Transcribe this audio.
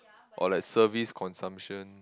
or like service consumption